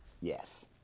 yes